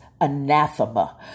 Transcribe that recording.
anathema